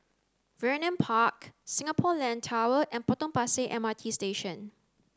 Vernon Park Singapore Land Tower and Potong Pasir M R T Station